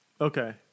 Okay